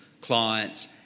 clients